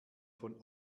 von